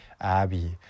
Abby